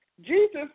Jesus